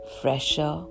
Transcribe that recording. fresher